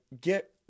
get